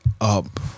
up